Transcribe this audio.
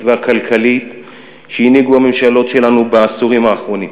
והכלכלית שהנהיגו הממשלות שלנו בעשורים האחרונים,